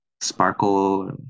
Sparkle